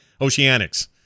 Oceanics